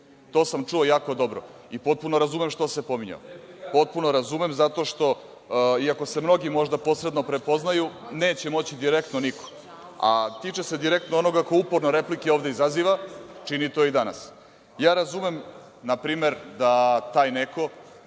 To sam čuo jako dobro i potpuno razumem što se pominjao. Potpuno razumem, zato što, iako se mnogi možda posredno prepoznaju, neće moći direktno niko, a tiče se direktno onoga ko uporno replike ovde izaziva i čini to i danas. Ja razumem, npr, da taj neko